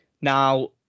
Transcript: Now